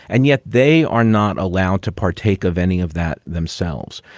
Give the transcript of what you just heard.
and yet they are not allowed to partake of any of that themselves,